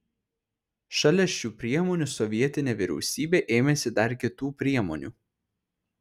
šalia šių priemonių sovietinė vyriausybė ėmėsi dar kitų priemonių